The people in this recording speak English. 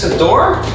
door?